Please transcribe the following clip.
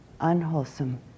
unwholesome